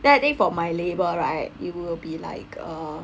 then I think for my label right it will be like uh